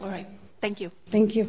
right thank you thank you